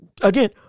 again